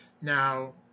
Now